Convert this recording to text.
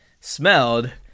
smelled